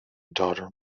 daughter